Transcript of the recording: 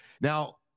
Now